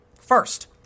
First